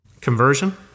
Conversion